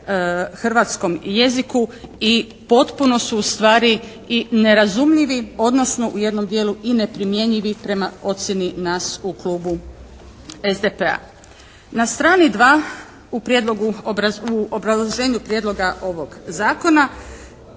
hrvatskom jeziku i potpuno su ustvari i nerazumljivi odnosno u jednom dijelu i neprimjenjivi prema ocijeni nas u klubu SDP-a. Na strani dva u obrazloženju prijedloga ovog zakona